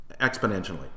exponentially